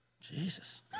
Jesus